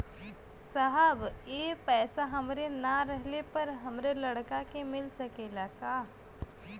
साहब ए पैसा हमरे ना रहले पर हमरे लड़का के मिल सकेला का?